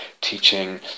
teaching